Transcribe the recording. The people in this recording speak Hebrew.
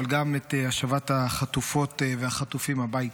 אבל גם את השבת החטופות והחטופים הביתה.